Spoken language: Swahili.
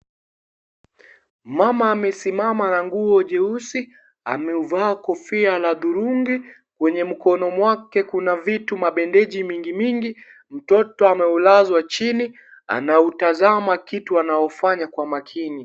Mama amesimama na nguo jeusi, ameuvaa kofia la dhurungi, kwa mkono mwake kuna vitu mabendeji mingi mingi, mtoto ameulazwa chini anautaza kitu anaofanya kwa makini.